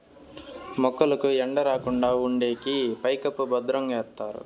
మొక్కలకు ఎండ రాకుండా ఉండేకి పైకప్పు భద్రంగా ఎత్తారు